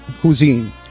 cuisine